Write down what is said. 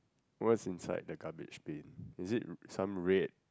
what's inside the garbage bin is it some red